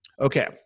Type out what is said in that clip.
Okay